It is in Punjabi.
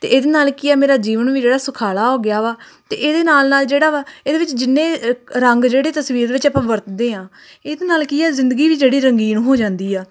ਅਤੇ ਇਹਦੇ ਨਾਲ ਕੀ ਆ ਮੇਰਾ ਜੀਵਨ ਵੀ ਜਿਹੜਾ ਸੁਖਾਲਾ ਹੋ ਗਿਆ ਵਾ ਅਤੇ ਇਹਦੇ ਨਾਲ ਨਾਲ ਜਿਹੜਾ ਵਾ ਇਹਦੇ ਵਿੱਚ ਜਿੰਨੇ ਰੰਗ ਜਿਹੜੇ ਤਸਵੀਰ ਦੇ ਵਿੱਚ ਆਪਾਂ ਵਰਤਦੇ ਹਾਂ ਇਹਦੇ ਨਾਲ ਕੀ ਆ ਜ਼ਿੰਦਗੀ ਵੀ ਜਿਹੜੀ ਰੰਗੀਨ ਹੋ ਜਾਂਦੀ ਆ